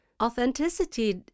Authenticity